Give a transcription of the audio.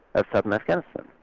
of southern afghanistan,